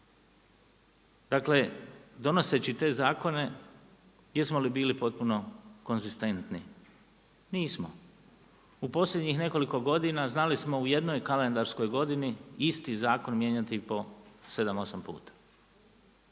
Dakle, donoseći te zakone jesmo li bili potpuno konzistentni? Nismo. U posljednjih nekoliko godina znali smo u jednoj kalendarskoj godini isti zakon mijenjati po sedam,